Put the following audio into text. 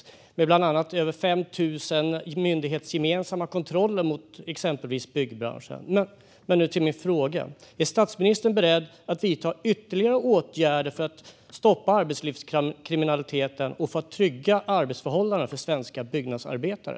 Det har till exempel gjorts över 5 000 myndighetsgemensamma kontroller, bland annat av byggbranschen. Nu till min fråga. Är statsministern beredd att vidta ytterligare åtgärder för att stoppa arbetslivskriminaliteten och för att trygga arbetsförhållandena för svenska byggnadsarbetare?